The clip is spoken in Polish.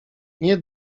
nie